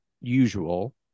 usual